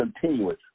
continuous